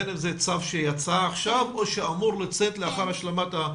בין אם צו שיצא עכשיו או שאמור לצאת לאחר השלמת --- כן.